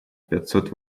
пятьсот